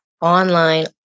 online